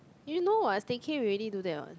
you know what stay cay we already do that what